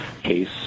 case